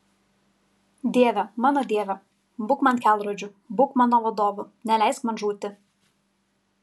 dieve mano dieve būk man kelrodžiu būk mano vadovu neleisk man žūti